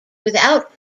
without